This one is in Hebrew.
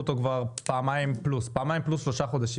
אותו כבר פעמיים פלוס שלושה חודשים.